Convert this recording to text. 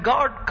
God